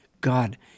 god